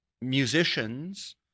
Musicians